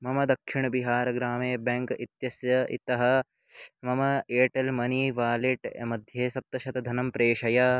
मम दक्षिणबिहार् ग्रामिण बेङ्क् इत्यस्य इतः मम एर्टेल् मनी वालेट् मध्ये सप्तशतधनं प्रेषय